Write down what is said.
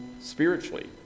spiritually